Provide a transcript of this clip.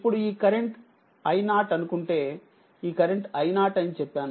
ఇప్పుడుఈ current i0 అనుకుంటే ఈ కరెంట్ i0 అని చెప్పాను